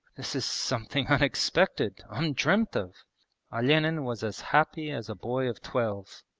this is something unexpected, undreamt of olenin was as happy as a boy of twelve.